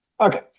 okay